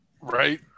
Right